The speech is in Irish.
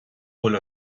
bhfuil